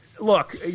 Look